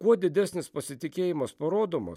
kuo didesnis pasitikėjimas parodomas